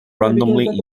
randomly